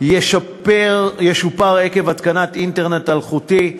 ישופר עקב התקנת אינטרנט אלחוטי,